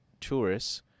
tourists